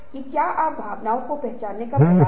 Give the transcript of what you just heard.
फिर बदलाव को अंजाम दें